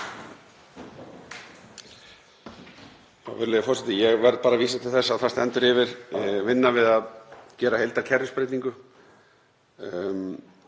Virðulegur forseti. Ég verð bara að vísa til þess að það stendur yfir vinna við að gera heildarkerfisbreytingu.